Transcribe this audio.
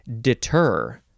deter